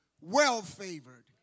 Well-favored